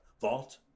vault